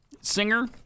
singer